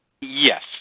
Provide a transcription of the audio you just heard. Yes